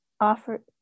offer